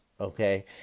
okay